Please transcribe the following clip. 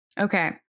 Okay